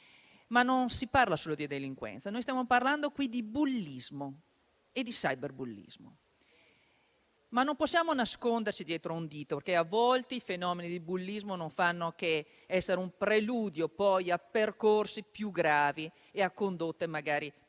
Ma non si parla solo di delinquenza; stiamo parlando qui di bullismo e di cyberbullismo. Non possiamo nasconderci dietro a un dito, perché a volte i fenomeni di bullismo non sono che un preludio, poi, a percorsi più gravi e a condotte magari più